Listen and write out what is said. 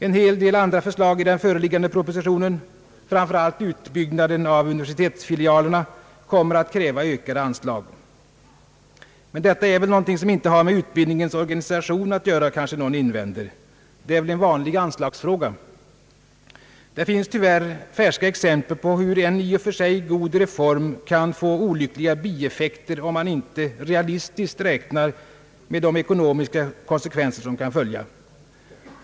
En hel del andra förslag i den föreliggande propositionen — framför allt utbyggnaden av universitetsfilialerna — kommer att kräva ökade anslag. Men detta är väl någonting som inte har med utbildning ens organisation att göra, kanske någon invänder. Det är väl en vanlig anslagsfråga. Det finns tyvärr färska exempel på hur en i och för sig god reform kan få olyckliga bieffekter, om man inte realistiskt räknar med de ekonomiska konsekvenser som kan följa.